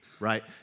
Right